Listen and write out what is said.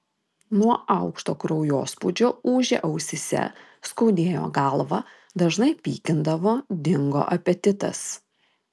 nuo aukšto kraujospūdžio ūžė ausyse skaudėjo galvą dažnai pykindavo dingo apetitas